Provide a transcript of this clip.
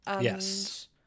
yes